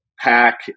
pack